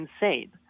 insane